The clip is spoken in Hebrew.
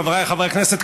חבריי חברי הכנסת,